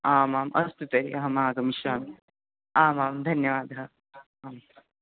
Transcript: आमाम् अस्तु तर्हि अहमागमिष्यामि आमाम् धन्यवादः आम्